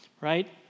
right